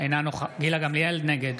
נגד